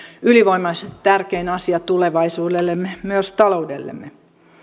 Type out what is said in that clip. ylivoimaisesti tärkein asia tulevaisuudellemme myös taloudellemme